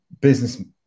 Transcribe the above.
business